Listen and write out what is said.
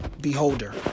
beholder